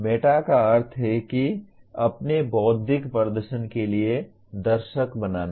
Meta का अर्थ है किसी के अपने बौद्धिक प्रदर्शन के लिए दर्शक बनना